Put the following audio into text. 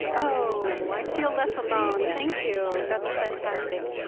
oh, i feel less alone. thank you. that's fantastic.